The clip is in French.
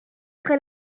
très